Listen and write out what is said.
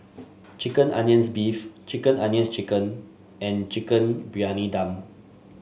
chicken onions beef chicken onions chicken and Chicken Briyani Dum